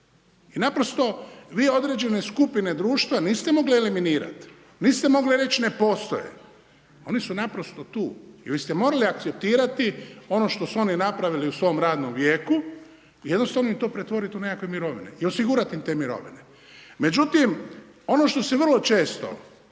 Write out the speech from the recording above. I naprosto, vi određene skupine društva niste mogli eliminirati, niste mogli reći ne postoje, oni su naprosto tu, i vi ste morali akceptirati ono što su oni napravili u svom radnom vijeku i jednostavno im to pretvoriti u nekakve mirovine i osigurati im te mirovine. Međutim, ono što se vrlo često